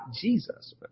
Jesus